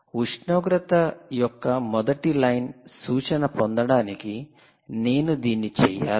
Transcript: ఉష్ణోగ్రత యొక్క మొదటి లైన్ సూచన పొందడానికి నేను దీన్ని చేయాలా